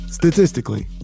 statistically